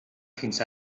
fins